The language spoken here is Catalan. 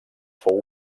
fou